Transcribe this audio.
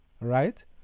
right